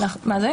כותבים